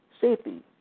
safety